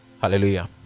hallelujah